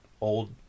old